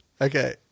Okay